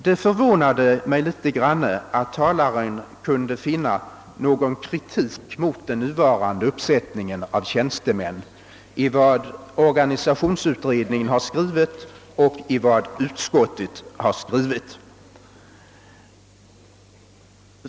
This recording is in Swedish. Det förvånade mig litet grand att talaren kunde finna någon kritik mot den nuvarande uppsättningen av tjänstemän i vad organisationsutredningen har skrivit och i vad utskottet har skrivit.